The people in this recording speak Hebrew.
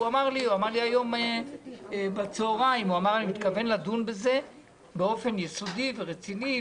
הוא אמר לי היום בצוהריים: אני מתכוון לדון בזה באופן יסודי ורציני,